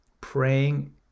Praying